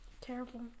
terrible